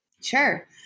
Sure